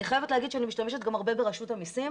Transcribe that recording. אני חייבת להגיד שאני משתמשת גם הרבה ברשות המסים,